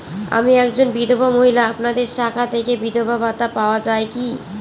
আমি একজন বিধবা মহিলা আপনাদের শাখা থেকে বিধবা ভাতা পাওয়া যায় কি?